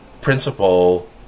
principle